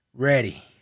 Ready